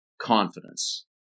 confidence